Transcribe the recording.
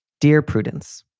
dear prudence,